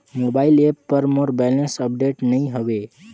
mobile app पर मोर balance update नई हवे